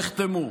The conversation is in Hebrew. נחתמו,